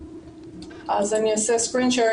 אז אעשה screen sharing,